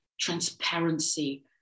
transparency